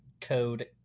code